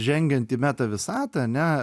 žengiant į meta visatą ane